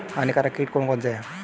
हानिकारक कीट कौन कौन से हैं?